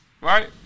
Right